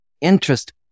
interest